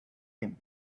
him